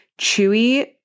Chewy